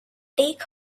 take